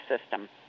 system